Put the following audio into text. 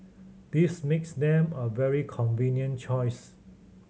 this makes them a very convenient choice